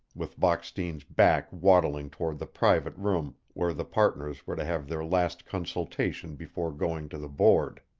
with bockstein's back waddling toward the private room where the partners were to have their last consultation before going to the board.